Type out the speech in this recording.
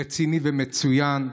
רציני ומצוין,